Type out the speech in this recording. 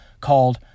called